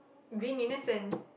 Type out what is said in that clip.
being innocent